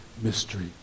mystery